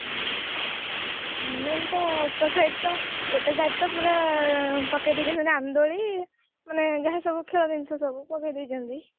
ହୁଁ ମୁଁ ତ ଗୋଟେ ସାଇଡ୍ ତ ପୂରା ପକେଇ ଦେଇଛନ୍ତି ରାମ ଦୋଳି ମାନେ ଯାହା ସବୁ ଖେଳଣା ଜିନିଷ ସବୁ ପକେଇ ଦେଇଛନ୍ତି